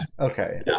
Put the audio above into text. Okay